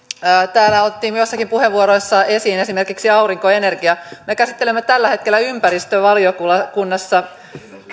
täällä otettiin joissakin puheenvuoroissa esiin esimerkiksi aurinkoenergia me käsittelemme tällä hetkellä ympäristövaliokunnassa